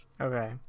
Okay